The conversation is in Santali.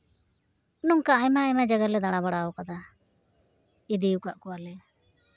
ᱱᱚᱝᱠᱟ ᱟᱭᱢᱟ ᱟᱭᱢᱟ ᱡᱟᱭᱜᱟ ᱞᱮ ᱫᱟᱬᱟ ᱵᱟᱲᱟᱣ ᱠᱟᱫᱟ ᱤᱫᱤ ᱟᱠᱟᱫ ᱠᱚᱣᱟᱞᱮ